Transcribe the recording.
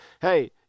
hey